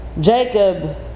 Jacob